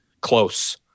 close